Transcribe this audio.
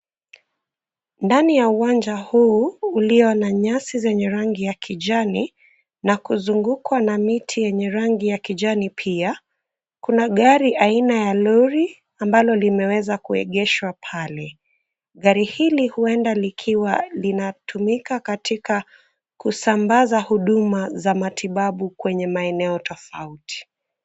Ndani ya uwanja huu ulio na nyasi zenye rangi ya kijani na kuzungukwa na miti yenye rangi ya kijani pia. Kuna gari aina ya lori ambalo limeweza kuegeshwa pale. Gari hili huenda likiwa linatumika katika kusambaza huduma za matibabu kwenye maeneo tofauti.